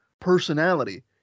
personality